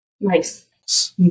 nice